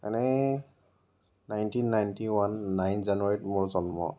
মানে nineteen ninety one nine জানুৱাৰীত মোৰ জন্ম